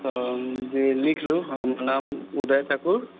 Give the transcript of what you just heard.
तऽ जी लिख लू हमर नाम उदय ठाकुर